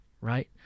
right